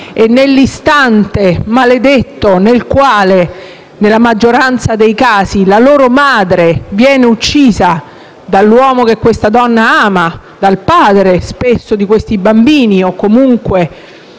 e nell'istante maledetto nel quale, nella maggioranza dei casi, la loro madre viene uccisa dall'uomo che questa donna amava, spesso dal padre dei bambini o comunque